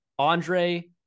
Andre